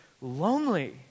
lonely